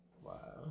Wow